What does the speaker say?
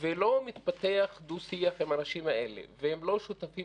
ולא מתפתח דו-שיח עם אנשים האלה והם לא שותפים